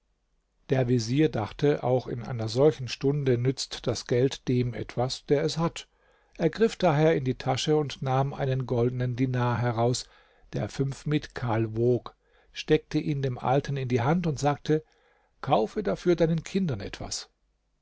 der vezier dachte auch in einer solchen stunde nützt das geld dem etwas der es hat er griff daher in die tasche und nahm einen goldnen dinar heraus der fünf mithkal wog steckte ihn dem alten in die hand und sagte kaufe dafür deinen kindern etwas